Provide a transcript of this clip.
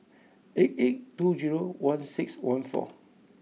eight eight two zero one six one four